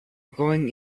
going